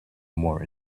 more